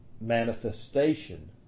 manifestation